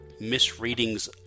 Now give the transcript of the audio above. misreadings